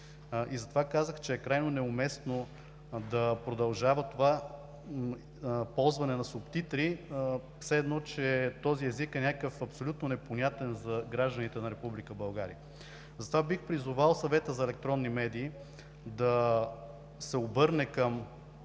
Затова казах, че е крайно неуместно да продължава това ползване на субтитри, все едно че този език е абсолютно непонятен за гражданите на Република България. Затова бих призовал Съвета за електронни медии да направи